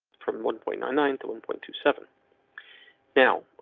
from one point nine nine to one point two seven now.